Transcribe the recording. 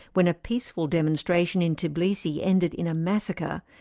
when a peaceful demonstration in tbilisi ended in a massacre,